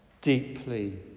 deeply